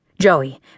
Joey